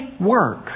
work